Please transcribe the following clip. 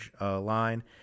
line